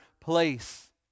place